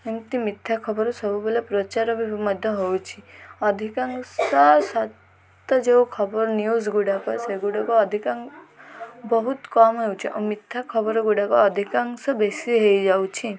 ଏମିତି ମିଥ୍ୟା ଖବର ସବୁବେଳେ ପ୍ରଚାର ବି ମଧ୍ୟ ହେଉଛି ଅଧିକାଂଶ ସତ ଯେଉଁ ଖବର ନ୍ୟୁଜ୍ ଗୁଡ଼ାକ ସେଗୁଡ଼ାକ ଅଧିକା ବହୁତ କମ୍ ହେଉଛି ଆଉ ମିଥ୍ୟା ଖବର ଗୁଡ଼ାକ ଅଧିକାଂଶ ବେଶୀ ହେଇ ହେଇଯାଉଛି